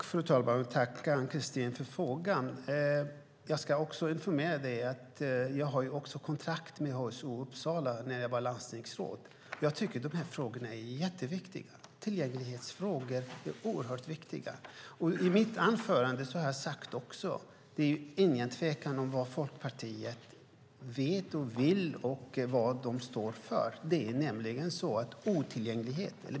Fru talman! Tack för frågan, Ann-Christin! Jag ska informera dig om att jag hade kontakt med HSO i Uppsala när jag var landstingsråd. Jag tycker att de här frågorna är jätteviktiga. Tillgänglighetsfrågor är oerhört viktiga. I mitt anförande har jag också sagt att det inte är någon tvekan om vad Folkpartiet vill och står för.